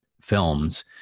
films